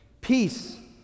peace